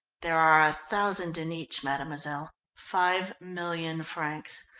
there are a thousand in each, mademoiselle. five million francs.